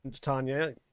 Tanya